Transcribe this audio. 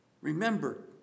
Remember